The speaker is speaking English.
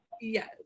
yes